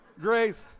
Grace